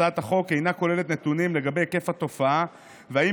הצעת החוק אינה כוללת נתונים לגבי היקף התופעה ואם